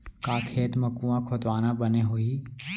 का खेत मा कुंआ खोदवाना बने होही?